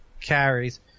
carries